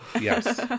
Yes